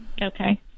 Okay